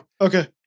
Okay